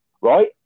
right